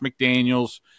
McDaniels